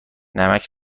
نمک